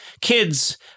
Kids